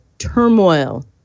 Turmoil